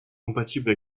compatible